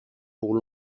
pour